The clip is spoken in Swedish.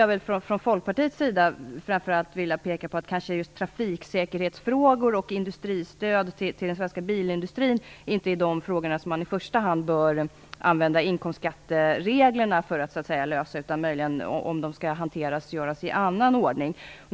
Jag skulle från Folkpartiets sida framför allt vilja peka på att just trafiksäkerhetsfrågor och stöd till den svenska bilindustrin inte är sådant som i första hand bör klaras med användande av inkomstskattereglerna. Sådant kan hanteras i annan ordning.